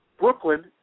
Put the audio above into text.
Brooklyn